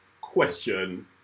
question